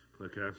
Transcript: okay